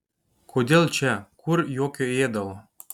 kodėl čia kur jokio ėdalo